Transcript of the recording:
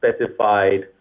specified